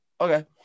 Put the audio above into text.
okay